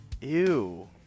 Ew